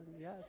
yes